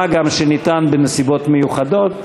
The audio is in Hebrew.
מה גם שניתן בנסיבות מיוחדות.